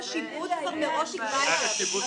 אבל אז השיבוץ כבר מראש יקבע את זה.